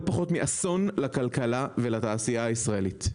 פחות מאסון לכלכלה ולתעשייה הישראלית.